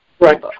Right